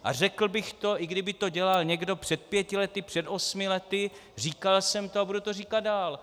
A řekl bych to, i kdyby to dělal někdo před pěti lety, před osmi lety, říkal jsem to a budu to říkat dál.